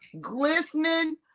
glistening